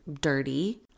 dirty